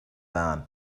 barn